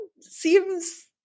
seems